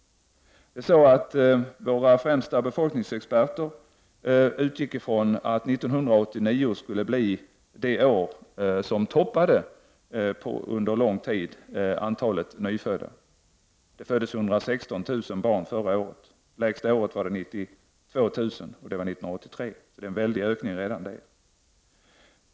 Våra främsta befolkningsexperter utgick från att 1989 skulle bli det år som under lång tid skulle toppa, som man säger, antalet nyfödda. Det föddes 116 000 barn förra året. Lägsta antalet var 92 000 år 1983; det är en väldig ökning redan det.